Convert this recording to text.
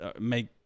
make